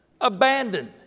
Abandoned